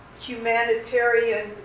humanitarian